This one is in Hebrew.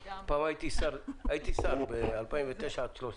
פעם הייתי שר, ב-2009 עד 2013,